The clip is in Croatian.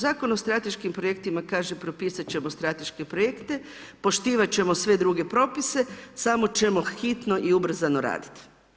Zakon o strateškim projektima kaže propisati ćemo strateške projekte, poštivati ćemo sve druge propise, samo ćemo hitno i ubrzano raditi.